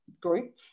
group